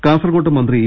കാസർകോട്ട് മന്ത്രി ഇ